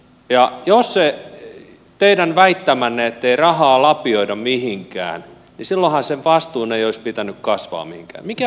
ja jos se teidän väittämänne ettei rahaa lapioida mihinkään pitää paikkansa niin silloinhan vastuiden ei olisi pitänyt kasvaa mihinkään